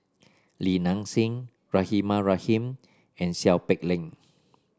Li Nanxing Rahimah Rahim and Seow Peck Leng